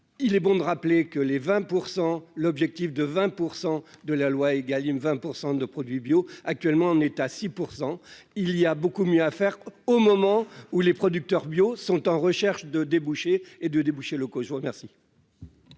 il est bon de rappeler que les 20 % l'objectif de 20 pour 100 de la loi Egalim 20 % de produits bio, actuellement on est à 6 % il y a beaucoup mieux à faire, au moment où les producteurs bio sont en recherche de débouchés et de débouchés locaux, je vous remercie.